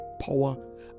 power